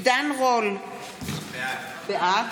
עידן רול, בעד